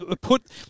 put